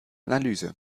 analyse